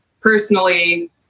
personally